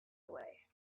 away